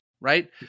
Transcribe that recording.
right